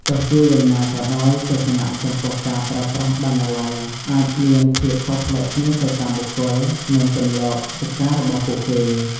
ទោះជាយ៉ាងណាក៏ដោយ ទស្សនៈចំពោះការប្រើប្រាស់បណ្ណាល័យអាចមានភាពខុសប្លែកគ្នាទៅតាមបុគ្គល និងទម្លាប់សិក្សារបស់ពួកគេ។